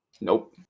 Nope